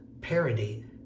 parody